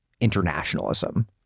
internationalism